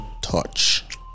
touch